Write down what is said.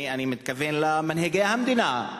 אני מתכוון למנהיגי המדינה,